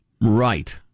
Right